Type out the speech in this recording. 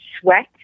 sweat